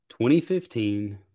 2015